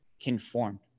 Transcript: conformed